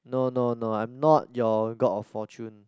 no no no I'm not your god of fortune